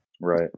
right